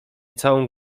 całą